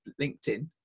LinkedIn